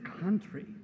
country